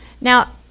Now